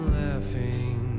laughing